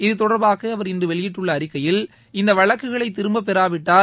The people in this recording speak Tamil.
இத்தொடர்பாக அவர் இன்று வெளியிட்டுள்ள அறிக்கையில் இந்த வழக்குகளை திரும்பப் பெறாவிட்டால்